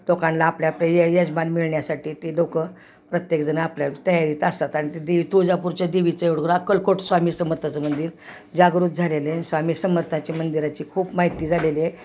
लोकांना आपल्या आपलं य यजमान मिळण्यासाठी ते लोक प्रत्येकजण आपल्या तयारीत असतात आणि ते दे तुळजापूरच्या देवीच अक्कलकोट स्वामी समर्थाचं मंदिर जागृत झालेले आहे स्वामी समर्थची मंदिराची खूप माहिती झालेली आहे